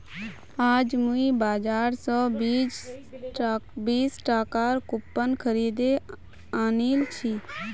आज मुई बाजार स बीस टकार कूपन खरीदे आनिल छि